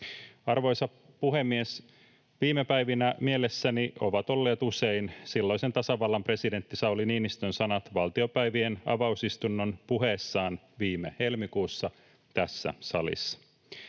Arvoisa puhemies! Viime päivinä mielessäni ovat olleet usein silloisen tasavallan presidentti Sauli Niinistön sanat valtiopäivien avausistunnon puheessa viime helmikuussa tässä salissa.